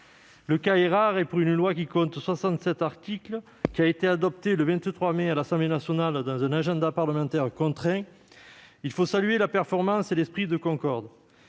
Le cas est rare pour une loi qui compte 67 articles. Elle a été adoptée le 27 mai dernier à l'Assemblée nationale, alors que l'agenda parlementaire est contraint. Il faut saluer la performance et l'esprit de concorde.